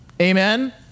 Amen